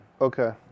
Okay